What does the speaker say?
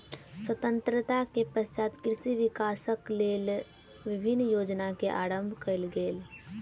स्वतंत्रता के पश्चात कृषि विकासक लेल विभिन्न योजना के आरम्भ कयल गेल